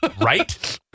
Right